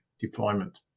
deployment